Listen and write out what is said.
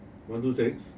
one two six